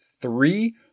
three